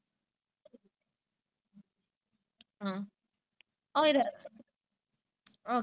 mm mine is like எல்லாம்:ellaam J_B then some in K_L then some in butterworth